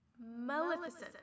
Maleficent